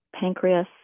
pancreas